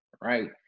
right